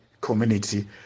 community